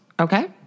okay